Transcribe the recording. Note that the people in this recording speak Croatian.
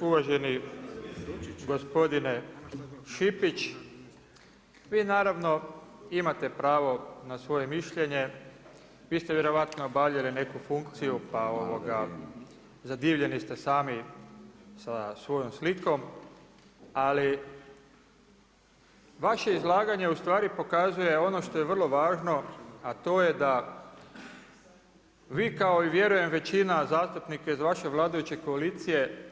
Uvaženi gospodine Šipić, vi naravno imate pravo na svoje mišljenje, vi ste vjerojatno obavljali neku funkciju pa zadivljeni ste sami sa svojom slikom, ali vaše izlaganje ustvari pokazuje ono što je vrlo važno, a to je da vi kao i vjerujem većina zastupnika iz vaše vladajuće koalicije